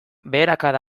beherakada